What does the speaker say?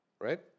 right